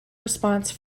response